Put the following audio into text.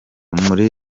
muri